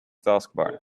taskbar